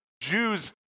Jews